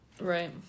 Right